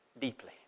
deeply